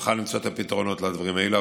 נוכל למצוא את הפתרונות לדברים האלה.